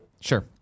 Sure